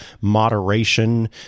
moderation